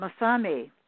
Masami